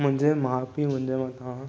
मुंहिंजे माउ पीउ मुंहिंजे मथां